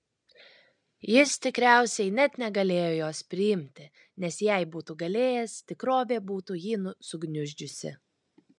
jis tikriausiai net negalėjo jos priimti nes jei būtų galėjęs tikrovė būtų jį sugniuždžiusi